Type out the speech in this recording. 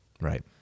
Right